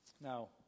Now